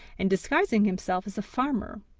and disguising himself as a farmer,